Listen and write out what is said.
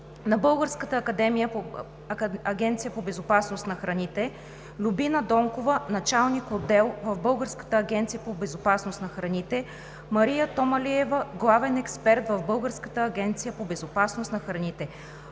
на Българската агенция по безопасност на храните, Любина Донкова – началник отдел в Българската агенция по безопасност на храните, Мария Томалиева – главен експерт в Българската агенция по безопасност на храните,